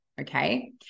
Okay